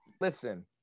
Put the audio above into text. Listen